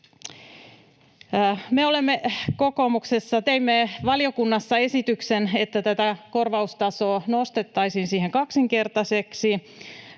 teimme valiokunnassa esityksen, että korvaustasoa nostettaisiin kaksinkertaiseksi,